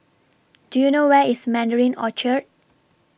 Do YOU know Where IS Mandarin Orchard